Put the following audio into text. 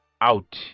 out